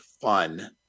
fun